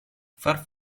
far